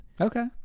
Okay